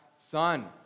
Son